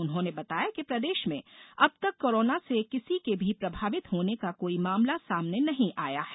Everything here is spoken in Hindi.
उन्होंने बताया कि प्रदेश में अब तक कोरोना से किसी के भी प्रभावित होने का कोई मामला सामने नहीं आया है